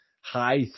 high